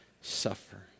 suffer